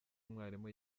umwarimu